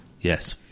yes